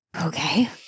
okay